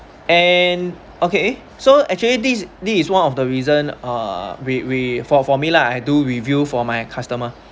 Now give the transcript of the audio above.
and okay so actually this is this is one of the reason uh we we for for me lah I do review for my customer